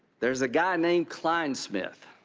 there is a guy named klein smith